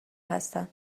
هستن